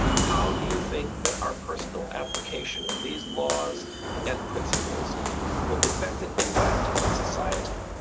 how do you think that our personal application of these laws and principles will effect an impact on society